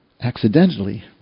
Accidentally